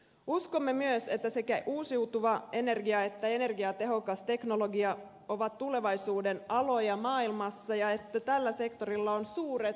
uskomme myös että sekä uusiutuva energia että energiatehokas teknologia ovat tulevaisuuden aloja maailmassa ja että tällä sektorilla on suuret markkinat